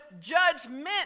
judgment